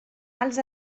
els